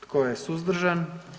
Tko je suzdržan?